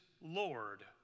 Lord